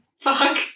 Fuck